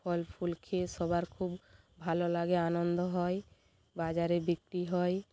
ফল ফুল খেয়ে সবার খুব ভালো লাগে আনন্দ হয় বাজারে বিক্রি হয়